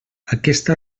aquesta